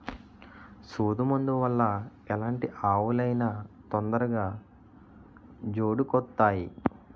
సూదు మందు వల్ల ఎలాంటి ఆవులు అయినా తొందరగా జోడుకొత్తాయి